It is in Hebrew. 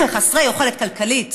חסרי יכולת כלכלית